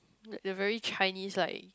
like the very Chinese like